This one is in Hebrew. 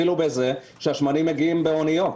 השמנים מגיעים באוניות,